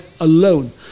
alone